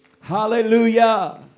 Hallelujah